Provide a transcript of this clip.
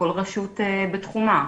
כל רשות בתחומה.